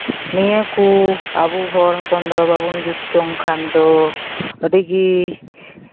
ᱱᱤᱭᱟᱹ ᱠᱚ ᱟᱵᱚ ᱦᱚᱲ ᱦᱚᱯᱚᱱ ᱫᱚ ᱵᱟᱵᱚᱱ ᱡᱩᱛ ᱡᱚᱝ ᱠᱷᱟᱱ ᱫᱚ ᱟᱹᱰᱤᱜᱮ